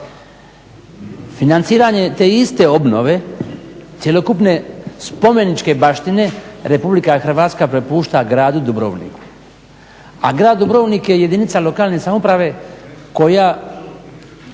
Financiranje te iste obnove cjelokupne spomeničke baštine Republika Hrvatska prepušta gradu Dubrovniku, a grad Dubrovnik je jedinica lokalne samouprave koja